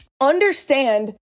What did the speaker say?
understand